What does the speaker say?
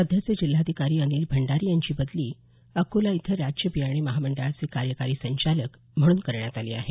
सध्याचे जिल्हाधिकारी अनिल भंडारी यांची बदली अकोला इथं राज्य बियाणे महामंडळाचे कार्यकारी संचालक म्हणून करण्यात आली आहे